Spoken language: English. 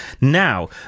Now